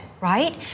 right